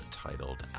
titled